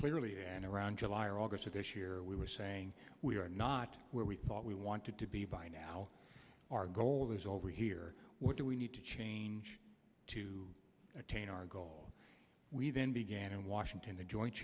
clearly and around july or august of this year we were saying we are not where we thought we wanted to be by now our goal is over here what do we need to change to attain our goal we then began in washington the joint